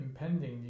impending